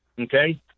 Okay